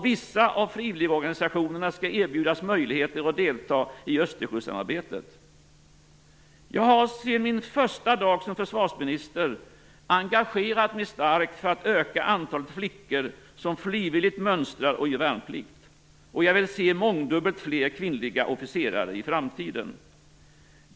Vissa av frivilligorganisationerna skall erbjudas möjligheter att delta i Östersjösamarbetet. Jag har sedan min första dag som försvarsminister engagerat mig starkt för att öka antalet flickor som frivilligt mönstrar och gör värnplikt. Jag vill se mångdubbelt fler kvinnliga officerare i framtiden.